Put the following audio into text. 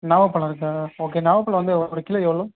நவாப் பழம் இருக்கா ஓகே நவாப் பழம் வந்து ஒ ஒரு கிலோ எவ்வளோ